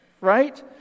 Right